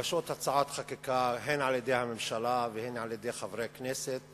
מוגשות הצעות חקיקה הן על-ידי הממשלה והן על-ידי חברי הכנסת